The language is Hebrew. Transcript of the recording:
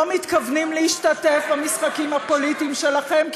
אנחנו לא מתכוונים להשתתף במשחקים הפוליטיים שלכם,